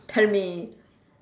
tell me